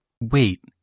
Wait